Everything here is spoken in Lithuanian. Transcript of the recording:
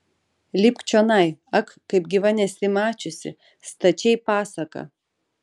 lipk čionai ak kaip gyva nesi mačiusi stačiai pasaka